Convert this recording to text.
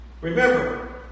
Remember